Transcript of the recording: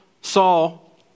Saul